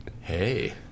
hey